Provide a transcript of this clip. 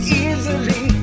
easily